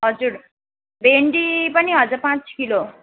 हजुर भेन्डी पनि हजर पाँच किलो